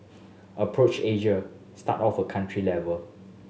approach Asia start off at country level